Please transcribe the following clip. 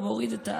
הוא מוריד את,